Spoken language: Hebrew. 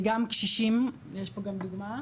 גם קשישים, יש פה גם דוגמא.